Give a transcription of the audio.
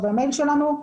או במייל שלנו.